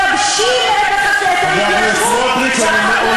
מייבשים את ההתיישבות והחקלאות בתוך מדינת ישראל,